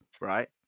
right